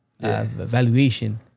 valuation